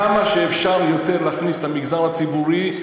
כמה שאפשר יותר להכניס למגזר הציבורי,